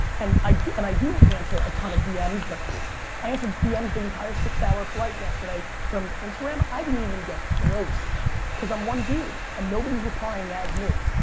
and i and i do answer a ton of dm's but i answered dm's the entire six hour flight yesterday from instagram. i didn't even get close cause i'm one dude. and nobody is replying as me.